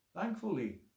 Thankfully